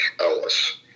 Ellis